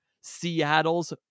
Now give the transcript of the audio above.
Seattle's